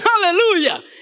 Hallelujah